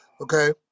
Okay